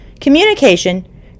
communication